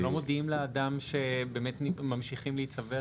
גם לא מודיעים לאדם שממשיכים להיצבר.